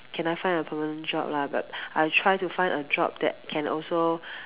can I find a permanent job lah but I try to find a job that can also